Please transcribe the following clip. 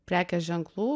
prekės ženklų